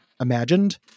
imagined